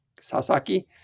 Sasaki